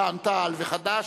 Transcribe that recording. רע"ם-תע"ל וחד"ש,